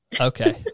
Okay